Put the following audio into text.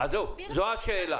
זו השאלה.